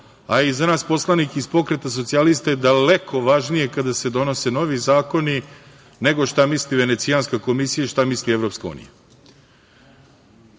a i za nas poslanike iz Pokreta socijalista je daleko važnije kada se donose novi zakoni, nego šta misli Venecijanska komisija, šta misli EU.Mogu da